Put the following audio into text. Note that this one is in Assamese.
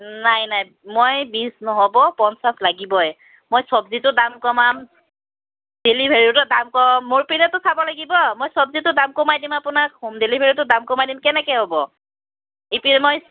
নাই নাই মই বিছ নহ'ব পঞ্চাছ লাগিবই মই চব্জিটো দাম কমাম ডেলিভাৰীৰো দাম কম মোৰ পিনেটো চাব লাগিব মই চব্জিটো দাম কমাই দিম আপোনাক হোম ডেলিভাৰীটো দাম কমাই দিম কেনেকৈ হ'ব ইপিনে মই